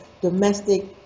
domestic